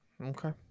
Okay